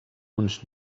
uns